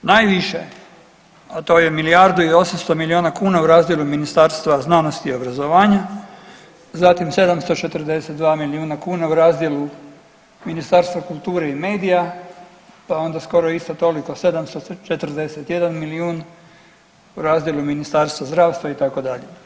Najviše, to je milijardu i 800 miliona kuna u razdjelu Ministarstva znanosti i obrazovanja, zatim 742 miliona kuna u razdjelu Ministarstva kulture i medija pa je onda skoro isto toliko 741 milijun u razdjelu Ministarstva zdravstva itd.